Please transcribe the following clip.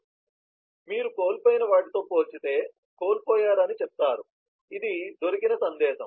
కాబట్టి మీరు కోల్పోయిన వాటితో పోల్చితే కోల్పోయారని చెప్తారు ఇది దొరికిన సందేశం